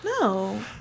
No